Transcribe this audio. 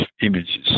images